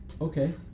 Okay